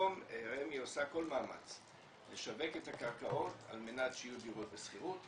היום רמ"י עושה כל מאמץ לשווק את הקרקעות על מנת שיהיו דירות בשכירות,